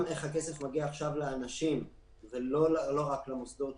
גם צריך לחשוב איך הכסף מגיע עכשיו לאנשים ולא רק למוסדות.